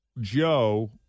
Joe